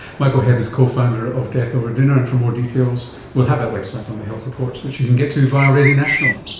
michael hebb is co-founder of death over dinner, and for more details we will have that website on the health report, which you can get to via radio national